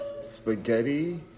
spaghetti